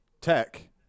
tech